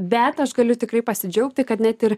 bet aš galiu tikrai pasidžiaugti kad net ir